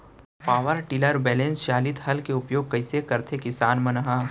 Power tiller बैलेंस चालित हल के उपयोग कइसे करथें किसान मन ह?